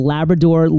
Labrador